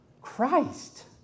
Christ